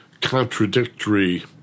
contradictory